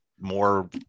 more